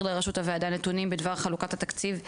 לרשות הוועדה נתונים בדבר חלוקת התקציב,